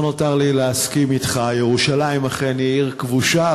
לא נותר לי אלא להסכים אתך: ירושלים אכן היא עיר כבושה,